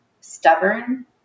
stubborn